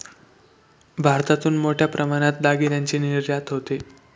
भारतातून मोठ्या प्रमाणात दागिन्यांची निर्यात होते